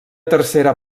tercera